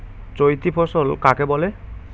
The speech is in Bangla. চৈতি ফসল কাকে বলে?